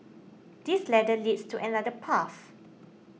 this ladder leads to another path